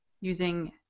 using